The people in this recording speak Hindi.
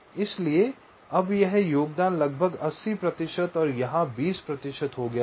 इसलिए अब यह योगदान लगभग 80 प्रतिशत और यहाँ 20 प्रतिशत हो गया था